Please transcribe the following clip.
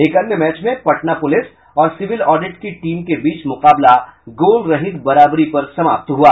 एक अन्य मैच में पटना पुलिस और सिविल ऑडिट की टीम के बीच मुकाबला गोल रहित बराबरी पर समाप्त हुआ